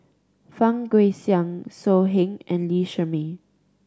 Fang Guixiang So Heng and Lee Shermay